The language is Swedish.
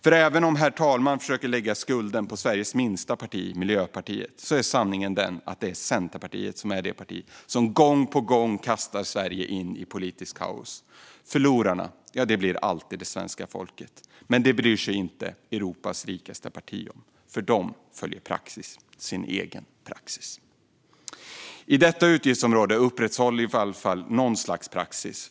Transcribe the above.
För även om herr talmannen försöker lägga skulden på Sveriges minsta parti, Miljöpartiet, är sanningen den att Centerpartiet är det parti som gång på gång kastar Sverige in i politiskt kaos. Förlorarna blir alltid det svenska folket. Men det bryr sig inte Europas rikaste parti om, för de följer praxis - sin egen praxis. I detta utgiftsområde upprätthålls i alla fall något slags praxis.